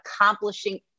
accomplishing